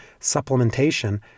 supplementation